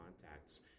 contacts